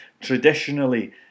Traditionally